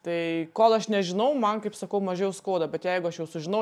tai kol aš nežinau man kaip sakau mažiau skauda bet jeigu aš jau sužinau